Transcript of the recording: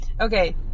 okay